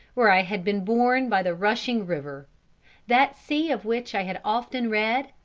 where i had been borne by the rushing river that sea of which i had often read,